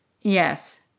Yes